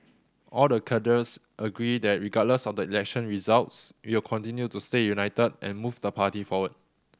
all the cadres agree that regardless of the election results we'll continue to stay united and move the party forward